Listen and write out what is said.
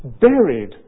buried